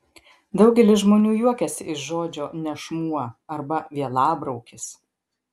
daugelis žmonių juokiasi iš žodžio nešmuo arba vielabraukis